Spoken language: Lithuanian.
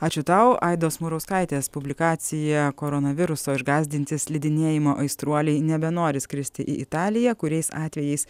ačiū tau aidos murauskaitės publikacija koronaviruso išgąsdinti slidinėjimo aistruoliai nebenori skristi į italiją kuriais atvejais